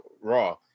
Raw